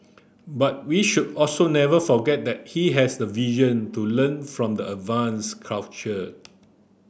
but we should also never forget that he has the vision to learn from the advanced culture